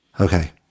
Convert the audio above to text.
Okay